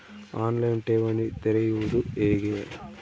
On line ಠೇವಣಿ ತೆರೆಯುವುದು ಹೇಗೆ?